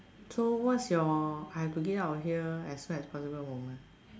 so what's your I have to get out of here as soon as possible moment